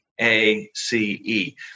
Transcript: A-C-E